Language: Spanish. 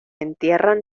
entierran